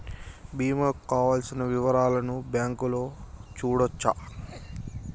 బీమా కు కావలసిన వివరాలను బ్యాంకులో చూడొచ్చా?